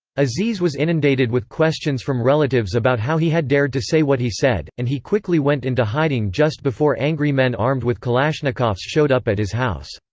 aziz was inundated with questions from relatives about how he had dared to say what he said, and he quickly went into hiding just before angry men armed with kalashnikovs showed up at his house.